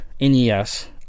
NES